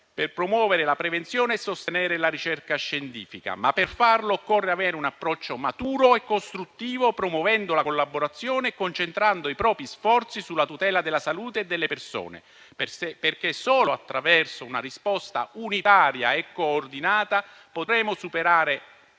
per promuovere la prevenzione e sostenere la ricerca scientifica. Ma per farlo occorre avere un approccio maturo e costruttivo, promuovendo la collaborazione e concentrando i propri sforzi sulla tutela della salute e delle persone. Infatti solo attraverso una risposta unitaria e coordinata potremo superare